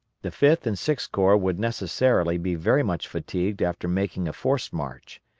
the fifth and sixth corps would necessarily be very much fatigued after making a forced march.